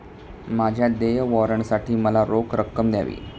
माझ्या देय वॉरंटसाठी मला रोख रक्कम द्यावी